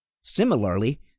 Similarly